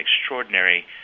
extraordinary